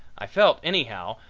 i felt, anyhow,